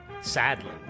sadly